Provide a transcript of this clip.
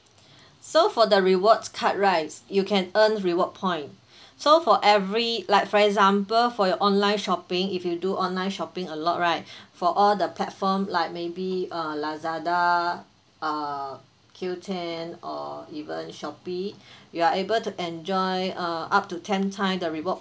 so for the rewards card right you can earn reward point so for every like for example for your online shopping if you do online shopping a lot right for all the platform like maybe uh Lazada uh Q ten or even Shopee you are able to enjoy uh up to ten time the reward